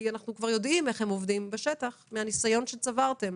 כי אנחנו כבר יודעים איך הם עובדים בשטח מהניסיון שצברתם.